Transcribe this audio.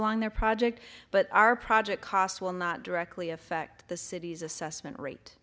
along their project but our project costs will not directly affect the city's assessment rate